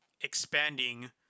expanding